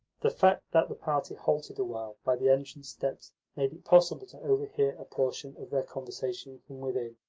the fact that the party halted awhile by the entrance steps made it possible to overhear a portion of their conversation from within.